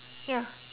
ya